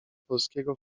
polskiego